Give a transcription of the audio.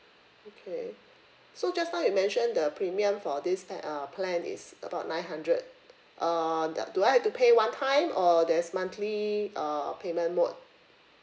okay so just now you mention the premium for this type uh plan is about nine hundred err the do I have to pay one time or there's monthly uh payment mode